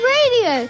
Radio